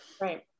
Right